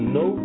no